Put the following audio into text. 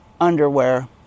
underwear